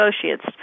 Associates